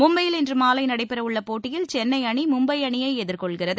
மும்பையில் இன்று மாலை நடைபெற உள்ள போட்டியில் சென்னை அணி மும்பை அணியை எதிர்கொள்கிறது